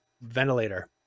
ventilator